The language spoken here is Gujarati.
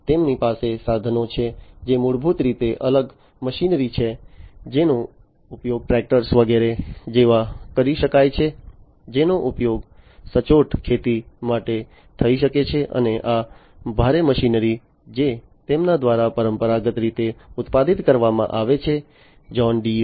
તેમની પાસે સાધનો છે જે મૂળભૂત રીતે અલગ મશીનરી છે જેનો ઉપયોગ ટ્રેક્ટર વગેરે જેવા કરી શકાય છે જેનો ઉપયોગ સચોટ ખેતી માટે થઈ શકે છે અને આ ભારે મશીનરી જે તેમના દ્વારા પરંપરાગત રીતે ઉત્પાદિત કરવામાં આવે છે જ્હોન ડીરે